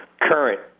current